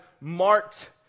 marked